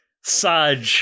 Saj